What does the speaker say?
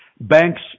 Banks